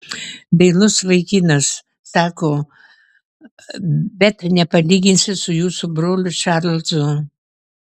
dailus vaikinas sako bet nepalyginsi su jūsų broliu čarlzu